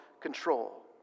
control